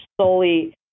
solely